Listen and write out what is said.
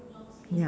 yeah